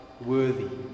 worthy